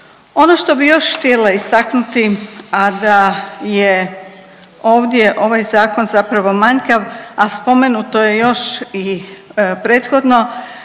Ono što bih još htjela istaknuti, a da je ovdje zakon zapravo manjkav, a spomenuto je još i prethodno